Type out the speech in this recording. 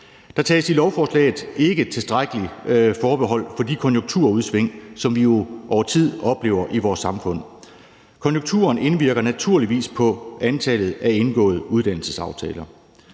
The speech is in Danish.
Der tages i lovforslaget ikke tilstrækkeligt forbehold for de konjunkturudsving, som vi jo over tid oplever i vores samfund. Konjunkturen indvirker naturligvis på antallet af indgåede uddannelsesaftaler.